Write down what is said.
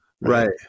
Right